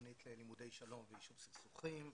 בתוכנית ללימודי שלום ויישוב סכסוכים,